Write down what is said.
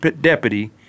deputy